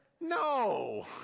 no